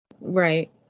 Right